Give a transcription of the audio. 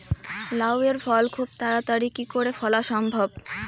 লাউ এর ফল খুব তাড়াতাড়ি কি করে ফলা সম্ভব?